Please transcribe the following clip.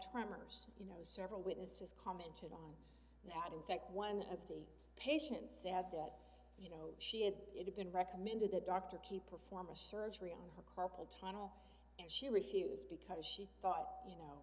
tremors you know several witnesses commented on that in fact one of the patients sad that you know she had it been recommended that doctor keep performing surgery on her carpal tunnel and she refused because she thought you know